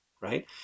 Right